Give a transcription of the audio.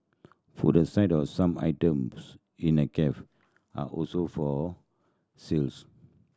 food aside of some items in the cafe are also for sales